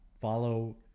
follow